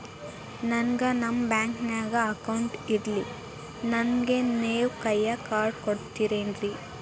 ನನ್ಗ ನಮ್ ಬ್ಯಾಂಕಿನ್ಯಾಗ ಅಕೌಂಟ್ ಇಲ್ರಿ, ನನ್ಗೆ ನೇವ್ ಕೈಯ ಕಾರ್ಡ್ ಕೊಡ್ತಿರೇನ್ರಿ?